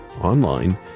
online